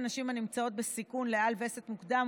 לנשים הנמצאות בסיכון לאל-וסת מוקדם,